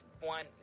one